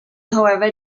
however